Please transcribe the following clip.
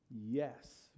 Yes